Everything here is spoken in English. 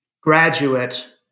graduate